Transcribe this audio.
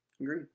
agree